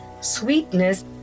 sweetness